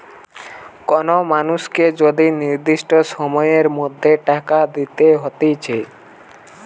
কোন মানুষকে যদি নির্দিষ্ট সময়ের মধ্যে টাকা দিতে হতিছে